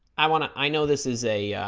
i wanna i know this is a